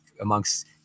amongst